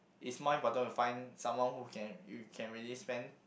is mine fortune to find someone who can you can really spend